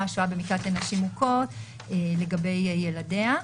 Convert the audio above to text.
ששוהה במקלט לנשים מוכות לגבי ילדיה.